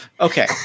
okay